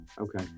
okay